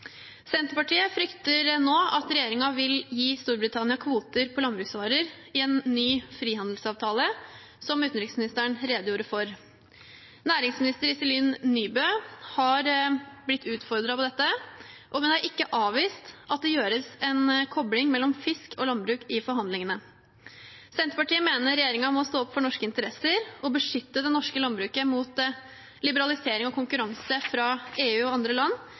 Senterpartiet frykter nå at regjeringen vil gi Storbritannia kvoter på landbruksvarer i en ny frihandelsavtale, som utenriksministeren redegjorde for. Næringsminister Iselin Nybø har blitt utfordret på dette, og hun har ikke avvist at det gjøres en kobling mellom fisk og landbruk i forhandlingene. Senterpartiet mener regjeringen må stå opp for norske interesser og beskytte det norske landbruket mot liberalisering og konkurranse fra EU og andre land,